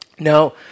Now